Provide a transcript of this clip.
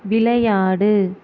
விளையாடு